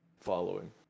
following